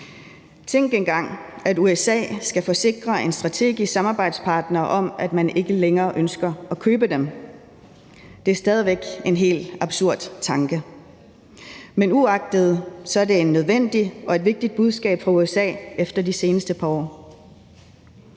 Tænk engang, at USA skal forsikre en strategisk samarbejdspartner om, at man ikke længere ønsker at købe dem. Det er stadig væk en helt absurd tanke. Men uagtet det, er det et nødvendigt og et vigtigt budskab fra USA efter de seneste par år.